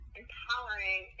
empowering